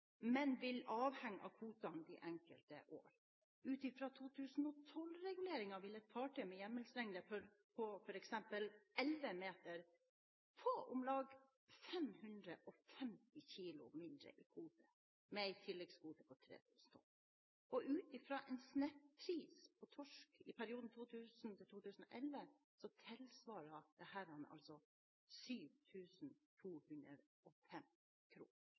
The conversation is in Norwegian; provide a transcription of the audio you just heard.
men vil avhenge av kvotene de enkelte år. Ut fra 2012-reguleringen vil et fartøy med hjemmelslengde på f.eks. 11 meter få om lag 550 kilo mindre i kvote, med en tilleggskvote på 3 000 tonn. Ut fra en snittpris på torsk – i perioden